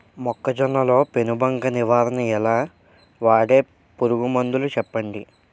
మొక్కజొన్న లో పెను బంక నివారణ ఎలా? వాడే పురుగు మందులు చెప్పండి?